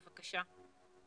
בבקשה.